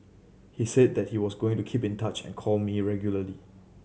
he said that he was going to keep in touch and call me regularly